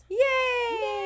Yay